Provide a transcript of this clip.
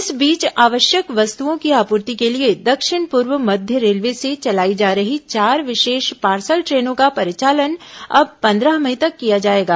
इस बीच आवश्यक वस्तुओं की आपूर्ति के लिए दक्षिण पूर्व मध्य रेलवे से चलाई जा रही चार विशेष पार्सल ट्रेनों का परिचालन अब पंद्रह मई तक किया जाएगा